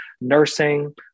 nursing